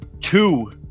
two